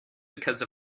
because